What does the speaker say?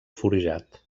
forjat